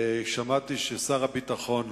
שמעתי ששר הביטחון,